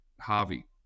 Harvey